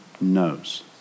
knows